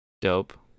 Dope